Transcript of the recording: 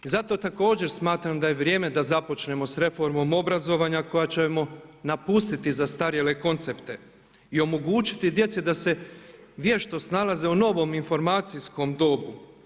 I zato također smatram da vrijeme da započnemo za reformom obrazovanja kojom ćemo napustiti zastarjele koncepte i omogućiti djeci da se vješto snalaze u novom informacijskom dobu.